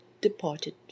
departed